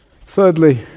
Thirdly